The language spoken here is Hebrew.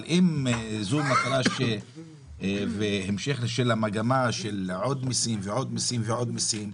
אבל אם זה המשך המגמה של עוד מסים ועוד מסים,